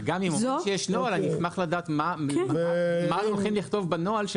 וגם אם אומרים שיש נוהל אני אשמח לדעת מה הולכים לכתוב בנוהל,